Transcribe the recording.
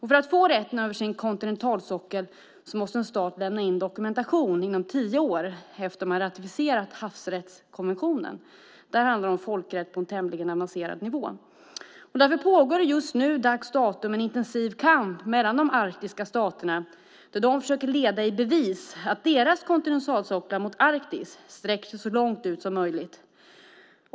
För att få rätten över sin kontinentalsockel måste en stat lämna in dokumentation inom tio år efter att man ratificerat havsrättskonventionen. Det handlar om folkrätt på en tämligen avancerad nivå. Därför pågår det just nu en intensiv kamp mellan de arktiska staterna där de försöker leda i bevis att deras kontinentalsocklar mot Arktis sträcker sig så långt ut som möjligt.